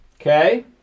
Okay